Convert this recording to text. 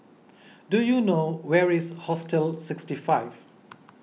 do you know where is Hostel sixty five